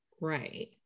right